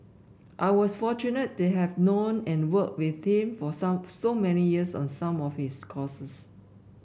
I was fortunate to have known and worked with him for some so many years on some of his causes